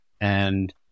and-